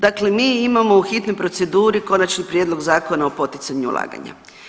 Dakle mi imamo u hitnoj proceduri Konačni prijedlog Zakona o poticanju ulaganja.